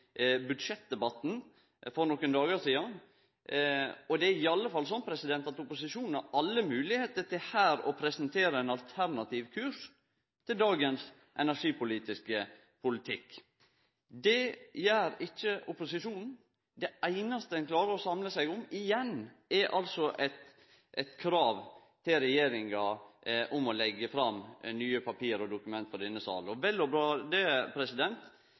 budsjettdebatten for nokre dagar sidan. Og det er iallfall sånn at opposisjonen har alle moglegheiter til her å presentere ein alternativ kurs til dagens energipolitikk. Det gjer ikkje opposisjonen. Det einaste ein klarer å samle seg om – igjen – er altså eit krav til regjeringa om å leggje fram nye papir og dokument for denne salen. Det er vel og bra, det.